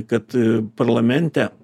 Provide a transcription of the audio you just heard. kad parlamente